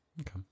Okay